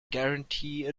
guarantee